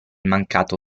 mancato